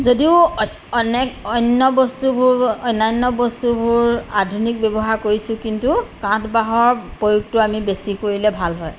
যদিও অনেক অন্য বস্তুবোৰ অন্যান্য বস্তুবোৰ আধুনিক ব্যৱহাৰ কৰিছোঁ কিন্তু কাঠ বাঁহৰ প্ৰয়োগটো আমি বেছি কৰিলে ভাল হয়